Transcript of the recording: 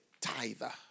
tither